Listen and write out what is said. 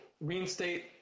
reinstate